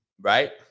right